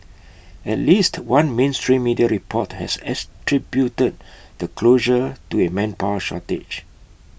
at least one mainstream media report has attributed the closure to A manpower shortage